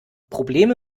probleme